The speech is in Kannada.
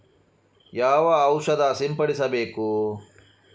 ಯಾವ ಔಷಧ ಸಿಂಪಡಿಸಬೇಕು?